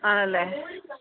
ആണല്ലേ